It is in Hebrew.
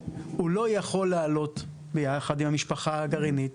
הוא לא יכול לעלות ביחד עם המשפחה הגרעינית,